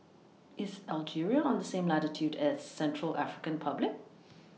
IS Algeria on The same latitude as Central African Republic